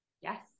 yes